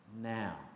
now